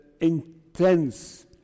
intense